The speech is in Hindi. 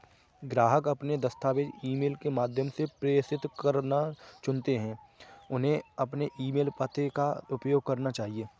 ग्राहक अपने दस्तावेज़ ईमेल के माध्यम से प्रेषित करना चुनते है, उन्हें अपने ईमेल पते का उपयोग करना चाहिए